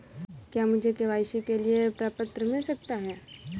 क्या मुझे के.वाई.सी के लिए प्रपत्र मिल सकता है?